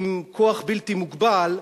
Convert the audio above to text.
עם כוח בלתי מוגבל,